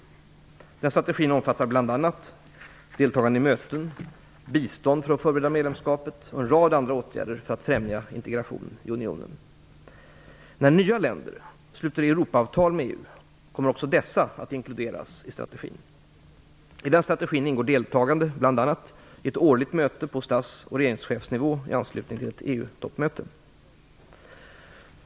Denna strategi omfattar bl.a. deltagande i möten, bistånd för att förbereda medlemskapet och en rad andra åtgärder för att främja integration i unionen. När nya länder sluter Europaavtal med EU kommer också dessa att inkluderas i strategin. I strategin ingår deltagande bl.a. i ett årligt möte på stats och regeringschefsnivå i anslutning till ett EU-toppmöte.